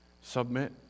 Submit